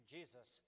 Jesus